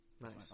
Nice